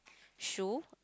shoe